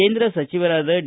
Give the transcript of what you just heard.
ಕೇಂದ್ರ ಸಚಿವರಾದ ಡಿ